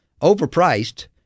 Overpriced